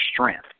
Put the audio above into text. strength